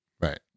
Right